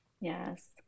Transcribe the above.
Yes